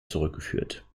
zurückgeführt